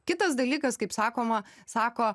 kitas dalykas kaip sakoma sako